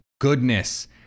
goodness